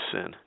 sin